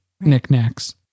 Knickknacks